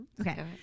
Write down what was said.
Okay